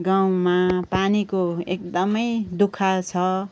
गाउँमा पानीको एकदमै दु ख छ